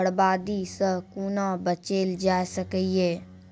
बर्बादी सॅ कूना बचेल जाय सकै ये?